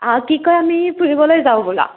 আ কি কয় আমি ফুৰিবলৈ যাওঁ ব'লা